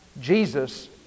Jesus